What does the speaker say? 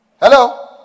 Hello